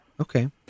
Okay